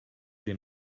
des